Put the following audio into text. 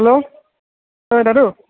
hello অ' দাদু